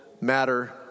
matter